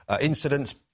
incidents